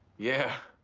yeah.